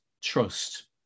trust